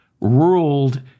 ruled